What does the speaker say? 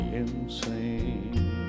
insane